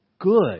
good